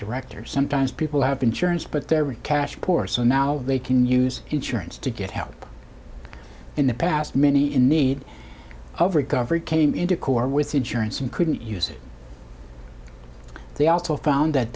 director sometimes people have insurance but there are cash poor so now they can use insurance to get help in the past many in need of recovery came into court with insurance and couldn't use it they also found that